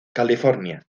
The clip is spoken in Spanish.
california